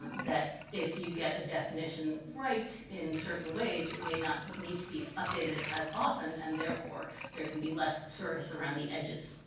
that if you get a definition right in certain ways, it may not need to be updated as often, and therefore there can be less sources around the edges.